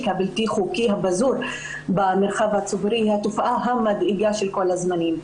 הבלתי-חוקי המפוזר במרחב הציבורי היא התופעה המדאיגה של כל הזמנים.